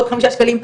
ועוד חמישה שקלים,